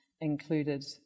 included